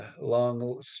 long